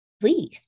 please